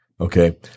okay